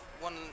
one